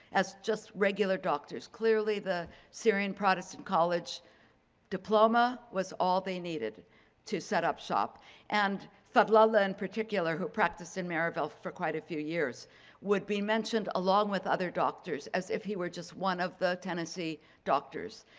as just regular doctors. clearly the syrian protestant college diploma was all they needed to set up shop and felala, in particular who practice in maryville for quite a few years would be mentioned along with other doctors as if he were just one of the tennessee doctors.